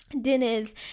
dinners